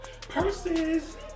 Purses